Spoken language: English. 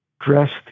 dressed